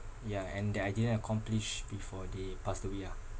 yeah and that I didn't accomplish before they passed away ah